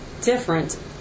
different